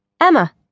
Emma